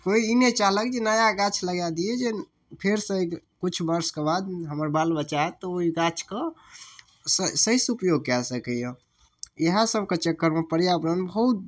कोइ ई नहि चाहलक जे नया गाछ लगा दियै जे फेर सऽ किछु बर्षके बाद हमर बाल बच्चा आयत तऽ ओहि गाछके सही सऽ उपयोग कए सकैया इहए सबके चक्करमे पर्यावरण बहुत